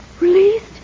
Released